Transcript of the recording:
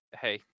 hey